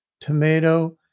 tomato